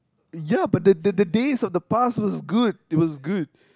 ya but the the days of the past was good it was good